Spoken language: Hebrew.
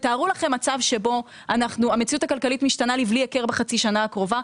תתארו לכם מצב שבו המציאות הכלכלית משתנה לבלי הכר בחצי השנה הקרובה.